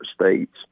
states